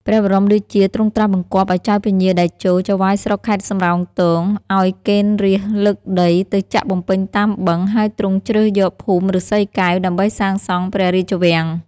ព្រះបរមរាជា ទ្រង់ត្រាស់បង្គាប់ ឱ្យចៅពញាតេជោ ចៅហ្វាយស្រុកខេត្តសំរោងទង ឱ្យកេណ្ឌរាស្ត្រលើកដី ទៅចាក់បំពេញតាមបឹង ហើយទ្រង់ជ្រើសយកភូមិឬស្សីកែវ ដើម្បីសាងសង់ព្រះរាជវាំង ។